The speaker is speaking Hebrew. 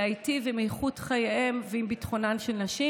להיטיב את איכות חייהן ואת ביטחונן של נשים.